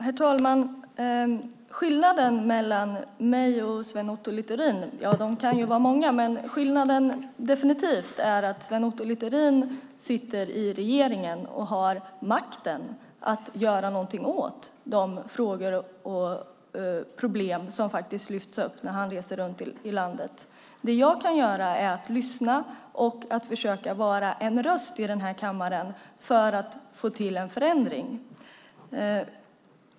Herr talman! Skillnaderna mellan mig och Sven Otto Littorin kan vara många, men en är definitivt att Sven Otto Littorin sitter i regeringen och har makten att göra någonting åt de frågor och problem som lyfts fram när han reser runt i landet. Det jag kan göra är att lyssna och försöka vara en röst i kammaren för att få till en förändring.